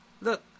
look